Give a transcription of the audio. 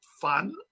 fun